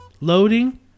loading